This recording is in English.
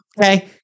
Okay